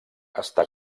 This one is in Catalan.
està